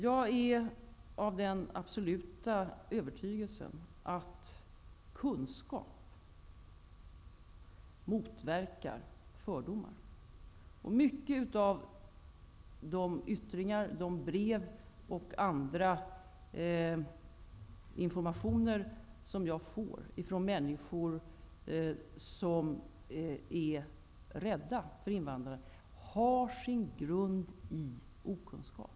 Jag är av den absoluta övertygelsen att kunskap motverkar fördomar. Många av de yttringar, de brev och andra informationer som jag får ifrån människor som är rädda för invandrarna har sin grund i okunskap.